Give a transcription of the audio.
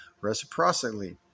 reciprocally